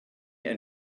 ein